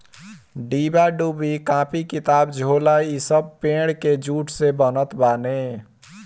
डिब्बा डुब्बी, कापी किताब, झोला इ सब पेड़ के जूट से बनत बाने